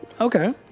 Okay